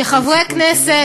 שחברי כנסת,